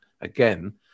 again